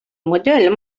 mudell